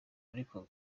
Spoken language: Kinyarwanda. ariko